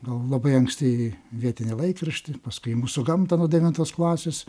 gal labai anksti į vietinį laikraštį paskui į mūsų gamtą nuo devintos klasės